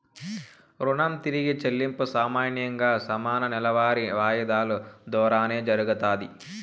రుణం తిరిగి చెల్లింపు సామాన్యంగా సమాన నెలవారీ వాయిదాలు దోరానే జరగతాది